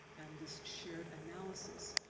and this shared analysis,